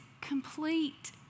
complete